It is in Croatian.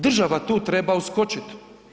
Država tu treba uskočit.